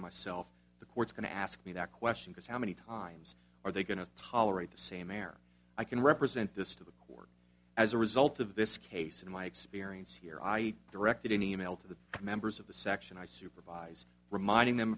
myself the court's going to ask me that question cause how many times are they going to tolerate the same air i can represent this to them as a result of this case in my experience here i directed an e mail to the members of the section i supervise reminding them